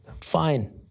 fine